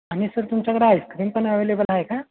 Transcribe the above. आणि सर तुमच्याकडं आइस्क्रीम पण अवेलेबल आहे का